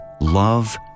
love